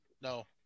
no